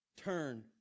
turn